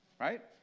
Right